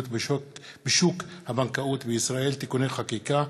בשוק הבנקאות בישראל (תיקוני חקיקה),